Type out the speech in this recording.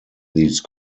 these